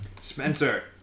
Spencer